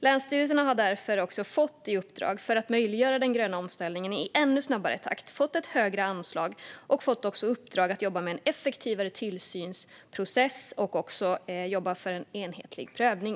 Länsstyrelserna har i sitt regleringsbrev fått i uppdrag att möjliggöra den gröna omställningen i ännu snabbare takt och därför fått ett högre anslag och fått i uppdrag att jobba med en effektivare tillsynsprocess och för en enhetlig prövning.